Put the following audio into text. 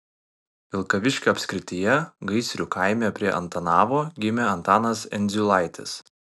vilkaviškio apskrityje gaisrių kaime prie antanavo gimė antanas endziulaitis